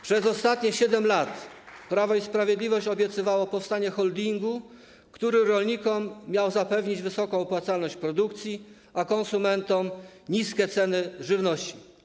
Przez ostatnie 7 lat Prawo i Sprawiedliwość obiecywało powstanie holdingu, który rolnikom miał zapewnić wysoką opłacalność produkcji, a konsumentom niskie ceny żywności.